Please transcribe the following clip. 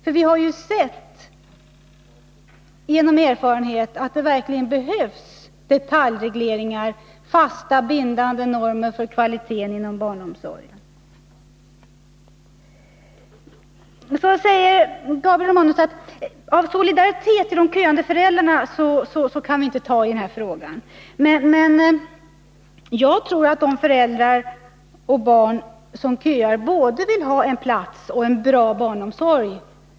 Av erfarenhet vet vi att det verkligen behövs detaljregleringar, fasta och bindande normer för kvaliteten inom barnomsorgen. Så säger Gabriel Romanus: ”TI solidaritet med de köande föräldrarna kan vi inte tai den här frågan.” Jag tror att de föräldrar och barn som köar vill ha både en plats och en bra barnomsorg.